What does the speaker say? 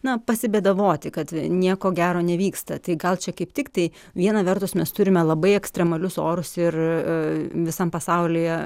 na pasibėdavoti kad nieko gero nevyksta tai gal čia kaip tiktai vieną vertus mes turime labai ekstremalius orus ir visam pasaulyje